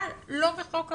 אבל לא בחוק המצלמות.